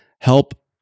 help